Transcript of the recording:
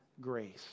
grace